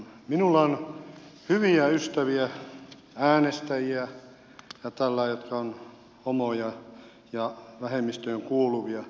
minulla on hyviä ystäviä ja äänestäjiä ja tälleen jotka ovat homoja ja vähemmistöön kuuluvia